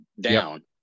down